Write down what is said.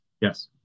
Yes